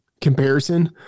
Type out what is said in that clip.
comparison